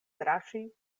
draŝi